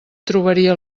trobaria